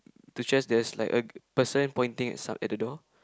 two chairs there's like a person pointing at some at the door